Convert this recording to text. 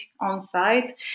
on-site